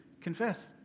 confess